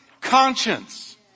conscience